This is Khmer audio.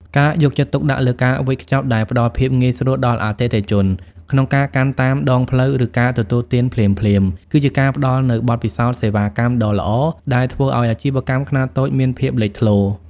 ការយកចិត្តទុកដាក់លើការវេចខ្ចប់ដែលផ្ដល់ភាពងាយស្រួលដល់អតិថិជនក្នុងការកាន់តាមដងផ្លូវ ឬការទទួលទានភ្លាមៗ គឺជាការផ្ដល់នូវបទពិសោធន៍សេវាកម្មដ៏ល្អដែលធ្វើឱ្យអាជីវកម្មខ្នាតតូចមានភាពលេចធ្លោ។